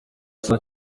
saa